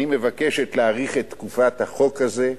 אני מבקשת להאריך את תקופת החוק הזה.